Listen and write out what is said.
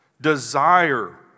Desire